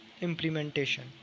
implementation